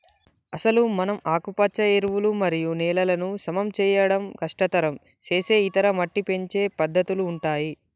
అసలు మనం ఆకుపచ్చ ఎరువులు మరియు నేలలను సమం చేయడం కష్టతరం సేసే ఇతర మట్టి పెంచే పద్దతుల ఉంటాయి